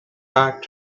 back